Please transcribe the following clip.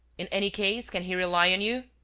in any case, can he rely on you?